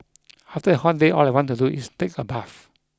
after a hot day all I want to do is take a bath